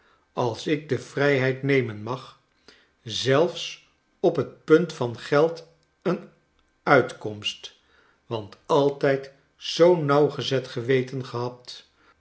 als ik de vrijheid nemen mag zelfs op het punt van geld een uitkomst want altijd zoo'n nauwgezet geweten gehad